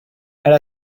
and